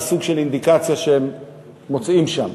זה סוג של אינדיקציה שהם מוצאים שם.